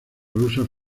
rusos